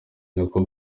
nabo